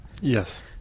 Yes